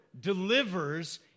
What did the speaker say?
delivers